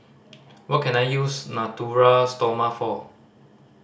what can I use Natura Stoma for